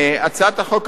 הצעת החוק הזאת,